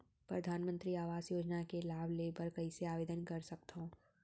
परधानमंतरी आवास योजना के लाभ ले बर कइसे आवेदन कर सकथव?